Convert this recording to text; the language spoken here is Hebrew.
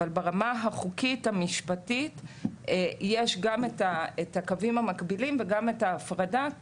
אבל ברמה החוקית המשפטית יש גם הקווים המקבילים וגם ההפרדה.